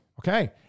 Okay